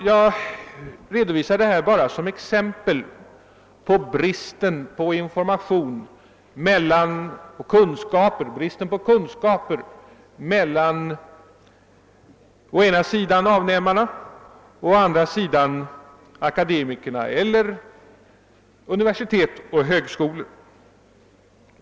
Jag redovisar detta bara som exempel på bristen i fråga om kunskaper och information mellan å ena sidan avnämarna och å andra sidan akademikerna eller universitet och högskolor.